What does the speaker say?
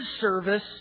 service